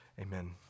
Amen